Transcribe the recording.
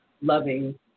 loving